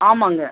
ஆமாம்ங்க